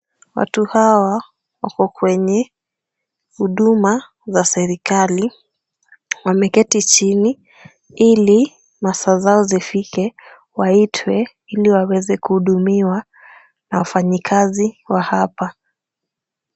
Watu hawa wako kwenye huduma za serikali. Wameketi chini ili masaa zao zifike waitwe, ili waweze kuhudumiwa na wafanyikazi wa hapa.